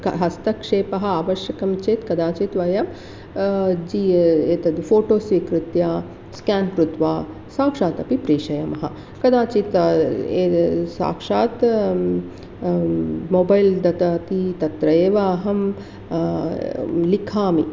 क हस्तक्षेपः आवश्यकं चेत् कदाचित् वय जि एतद् फ़ोटो स्वीकृत्य स्केन् कृत्वा साक्षात् अपि प्रेषयामः कदाचित् ए साक्षात् मोबैल् ददाति तत्रैव अहं लिखामि